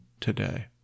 today